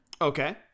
Okay